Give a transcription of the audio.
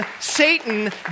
Satan